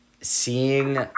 seeing